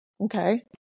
Okay